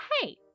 Hey